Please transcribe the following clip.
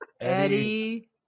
Eddie